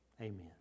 Amen